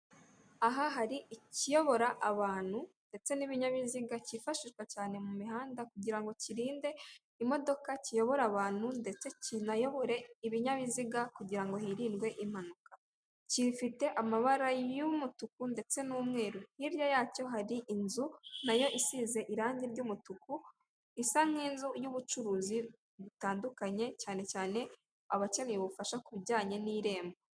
Aha hari ikiyobora abantu ndetse n'ibinyabiziga, cyifashishwa cyane mu mihanda kugira ngo kirinde imodoka, kiyobora abantu ndetse kinayobore ibinyabiziga kugira ngo hirindwe impanuka. Gifite amabara y'umutuku ndetse n'umweru, hirya yacyo hari inzu na yo isize irangi ry'umutuku, isa nk'inzu y'ubucuruzi butandukanye cyane cyane abakeneye ubufasha ku bijyanye n'irembo.